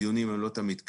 הדיונים הם לא תמיד קלים.